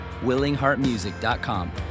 willingheartmusic.com